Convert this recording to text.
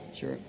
Sure